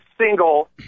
single